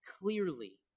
clearly